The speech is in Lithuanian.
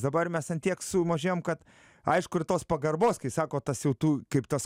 dabar mes ant tiek sumažėjom kad aišku ir tos pagarbos kai sako tas jau tu kaip tas